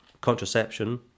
contraception